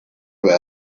aber